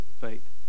faith